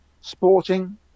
sporting